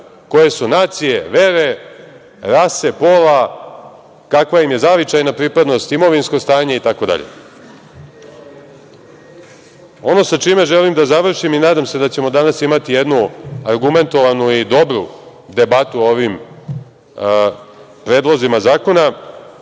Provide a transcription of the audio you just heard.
koje su nacije, vere, rase, pola, kakva im je zavičajna pripadnost, imovinsko stanje, itd. Ono sa čime želim da završim i nadam se da ćemo danas imati jednu argumentovanu i dobru debatu o ovim predlozima zakona,